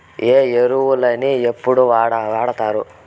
ఏ ఎరువులని ఎప్పుడు వాడుతారు?